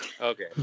Okay